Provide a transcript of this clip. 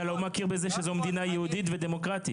לא מכיר בזה שזו מדינה יהודית ודמוקרטית.